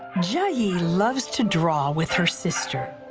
jiayi yeah loves to draw with her sister.